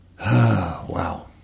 wow